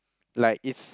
like is